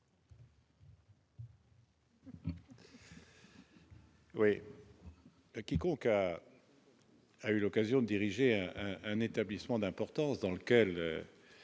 vote. Quiconque a eu l'occasion d'ériger un un établissement d'importance dans lequel